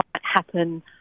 happen